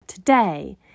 Today